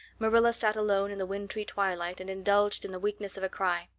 marilla sat alone in the wintry twilight and indulged in the weakness of a cry.